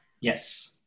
Yes